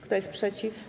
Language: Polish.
Kto jest przeciw?